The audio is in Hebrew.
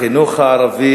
החינוך הערבי,